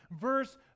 verse